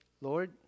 Lord